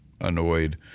annoyed